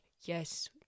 yes